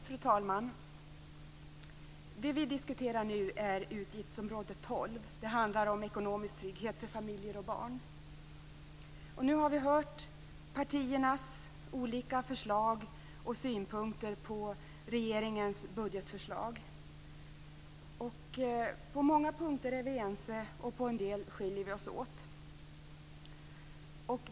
Fru talman! Vi diskuterar nu utgiftsområde 12, som handlar om ekonomisk trygghet för familjer och barn. Vi har hört partiernas olika förslag och synpunkter på regeringens budgetförslag. På många punkter är vi ense, och på en del skiljer vi oss åt.